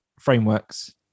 frameworks